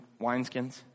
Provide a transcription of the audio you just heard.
wineskins